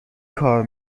کار